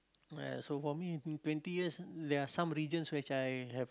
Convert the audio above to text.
well so for me twenty years there are some regions which I have